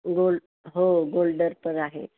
गोल हो गोल्डनपण आहे